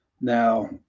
Now